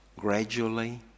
gradually